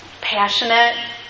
passionate